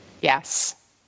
Yes